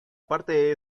parte